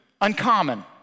Uncommon